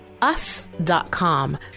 us.com